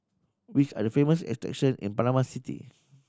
which are the famous attraction in Panama City